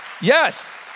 Yes